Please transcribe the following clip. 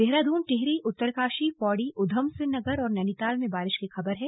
देहरादून टिहरी उत्तरकाशी पौड़ी उधमसिंह नगर और नैनीताल में बारिश की खबर है